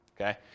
okay